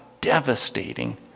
devastating